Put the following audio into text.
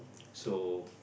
so